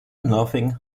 loving